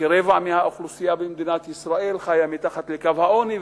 כרבע מהאוכלוסייה במדינת ישראל חיה מתחת לקו העוני,